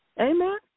Amen